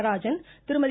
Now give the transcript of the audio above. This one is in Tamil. நடராஜன் திருமதி